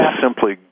simply